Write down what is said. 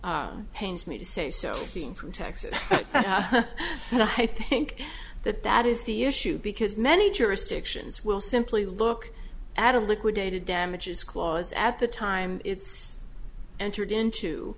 pains me to say so being from texas i think that that is the issue because many jurisdictions will simply look at a liquidated damages clause at the time it's entered into